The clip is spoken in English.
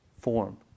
form